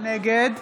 נגד